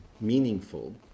meaningful